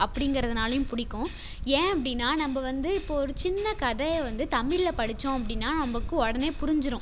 அப்படிங்கறதுனாலயும் பிடிக்கும் ஏன் அப்படின்னா நம்ம வந்து இப்போ ஒரு சின்னக் கதையை வந்து தமிழில் படிச்சோம் அப்படின்னா நமக்கு உடனே புரிஞ்சுரும்